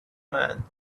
man